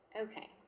Okay